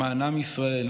למען עם ישראל.